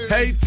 Hey